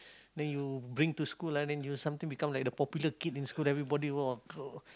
then you bring to school ah then you sometime become like the popular kid in school then everybody !wah!